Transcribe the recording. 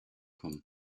kommen